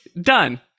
done